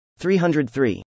303